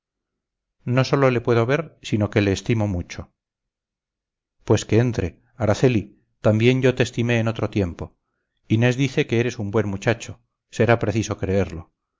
no sólo le puedo ver sino que le estimo mucho pues que entre araceli también yo te estimé en otro tiempo inés dice que eres un buen muchacho será preciso creerlo